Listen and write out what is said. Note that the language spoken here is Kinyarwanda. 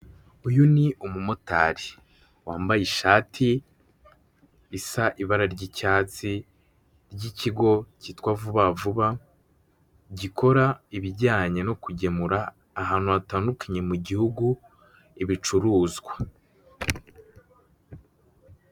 Uyu ni umumotari, wambaye ishati isa ibara ry''icyatsi ry'ikigo cyitwa vubavuba gikora ibijyane o o kugemura ahantu hatandukanye mu gihugu ibicuruzwa.